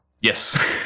Yes